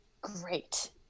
great